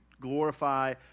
glorify